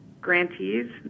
grantees